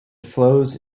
flows